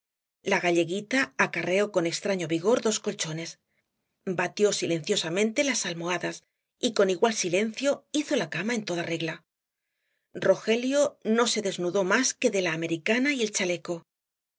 la galleguita acarreó con extraño vigor dos colchones batió silenciosamente las almohadas y con igual silencio hizo la cama en toda regla rogelio no se desnudó más que de la americana y el chaleco